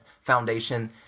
Foundation